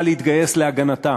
שצריכה להתגייס להגנתה,